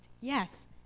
Yes